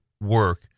work